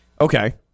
Okay